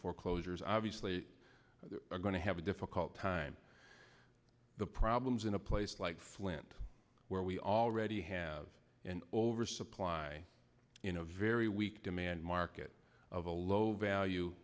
foreclosures obviously are going to have a difficult time the problems in a place like flint where we already have an oversupply in a very weak demand market of a low value